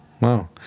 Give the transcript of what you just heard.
wow